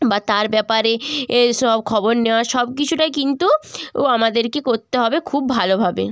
বা তার ব্যাপারে এই সব খবর নেওয়া সব কিছুটাই কিন্তু আমাদেরকে করতে হবে খুব ভালোভাবে